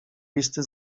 listy